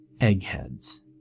eggheads